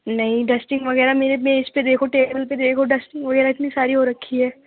نہیں ڈسٹنگ وغیرہ میرے میز پہ دیکھو ٹیبل پہ دیکھو ڈسٹنگ وغیرہ اتنی ساری ہو رکھی ہے